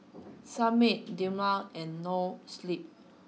Sunmaid Dilmah and Noa Sleep